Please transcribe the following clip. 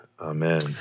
Amen